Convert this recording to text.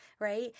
right